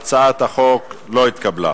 הצעת החוק לא התקבלה.